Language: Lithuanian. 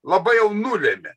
labai jau nulėmė